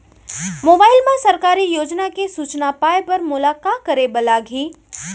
mobile मा सरकारी योजना के सूचना पाए बर मोला का करे बर लागही